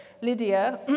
Lydia